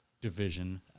division